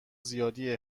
زیادی